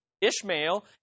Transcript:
Ishmael